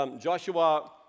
Joshua